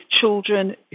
children